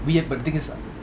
we have but thing is